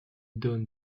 donne